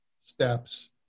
steps